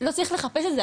לא צריך לחפש את זה,